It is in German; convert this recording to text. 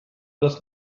das